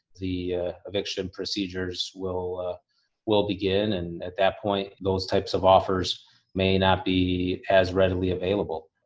the ah eviction procedures will will begin. and at that point, those types of offers may not be as readily available